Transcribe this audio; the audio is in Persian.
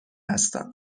هستم